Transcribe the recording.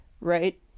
right